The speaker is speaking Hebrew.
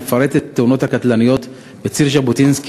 המפרטת את התאונות הקטלניות בציר ז'בוטינסקי